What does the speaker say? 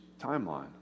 timeline